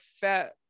fat